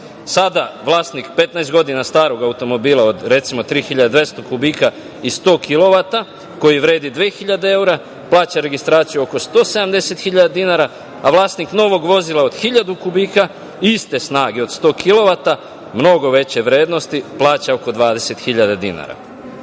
Sada vlasnik 15 godina starog automobila od, recimo, 3.200 kubika i 100 kilovata, koji vredi 2.000 eura, plaća registraciju oko 170.000 dinara, a vlasnik novog vozila od 1.000 kubika iste snage od 100 kilovata, mnogo veće vrednosti, plaća oko 20.000 dinara. Ova